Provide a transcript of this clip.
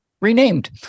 renamed